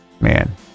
man